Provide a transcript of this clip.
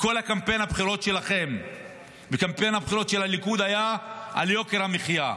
כל קמפיין הבחירות שלכם וקמפיין הבחירות של הליכוד היה על יוקר המחיה.